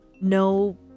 no